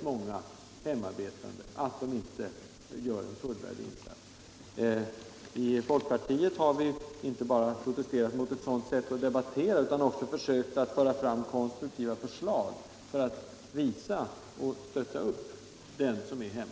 många hemarbetande, en känsla av att de inte anses göra en fullvärdig insats. I folkpartiet har vi inte bara protesterat mot ett sådant sätt att debattera. Vi har också fört fram konstruktiva förslag för att stötta upp dem som är hemma.